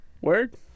word